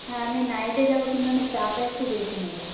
হ্যাঁ আমি নাইটে যাব কিন্তু আমি টাকা একটু বেশি নেব